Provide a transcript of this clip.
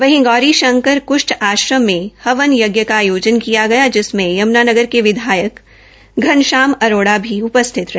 वहीं गौरी शंकर कृष्ठ आश्रम में हवन यज्ञ का आयो न किया गया ि समें यमुनानगर के विधायक घनश्याम दास अरोड़ा भी उपस्थित रहे